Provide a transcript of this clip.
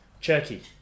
turkey